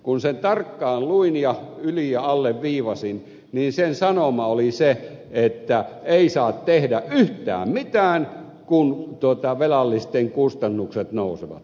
kun sen tarkkaan luin ja yli ja alleviivasin niin sen sanoma oli se että ei saa tehdä yhtään mitään kun velallisten kustannukset nousevat